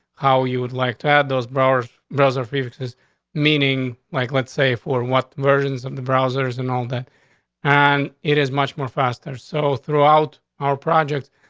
how you would like to add those brower's browser prefixes meaning like, let's say, for what versions of the browsers and all that on and it is much more faster. so throughout our project,